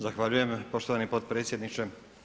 Zahvaljujem poštovani potpredsjedniče.